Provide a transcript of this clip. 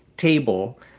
Table